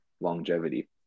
longevity